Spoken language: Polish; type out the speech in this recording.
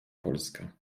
polska